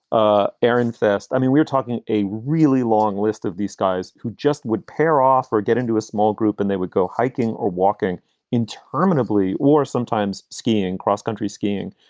ah aaron fast. i mean, we're talking a really long list of these guys who just would pair off or get into a small group and they would go hiking or walking interminably or sometimes skiing, cross-country skiing.